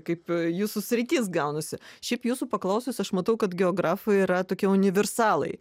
kaip jūsų sritis gaunasi šiaip jūsų paklausius aš matau kad geografai yra tokie universalai